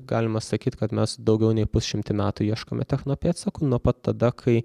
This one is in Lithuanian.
galima sakyt kad mes daugiau nei pusšimtį metų ieškome techno pėdsakų nuo pat tada kai